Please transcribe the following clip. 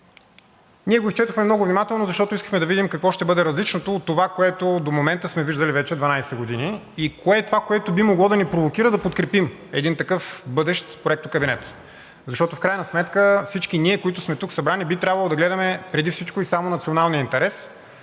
ние го изчетохме много внимателно, защото искахме да видим какво ще бъде различното от това, което до момента сме виждали вече 12 години, и кое е това, което би могло да ни провокира да подкрепим един такъв проектокабинет. Защото в крайна сметка всички ние, които сме събрани тук, би трябвало да гледаме преди всичко и само националния интерес,